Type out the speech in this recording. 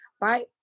right